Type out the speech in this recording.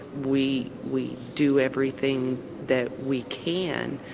we we do everything that we can.